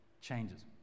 changes